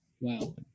Wow